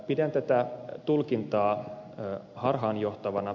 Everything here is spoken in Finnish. pidän tätä tulkintaa harhaanjohtavana